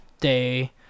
day